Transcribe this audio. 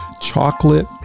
Chocolate